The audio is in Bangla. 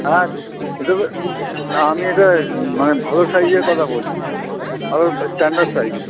হ্যাঁ এসবে না আমি এটা মানে ভালো সাইজের কথা বলছি ভালো স্ট্যাণ্ডার্ড সাইজ